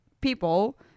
people